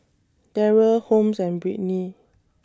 Darryl Holmes and Brittney